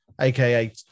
aka